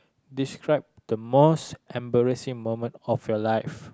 describe the most embarrassing moment of your life